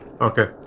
Okay